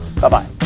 Bye-bye